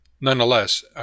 nonetheless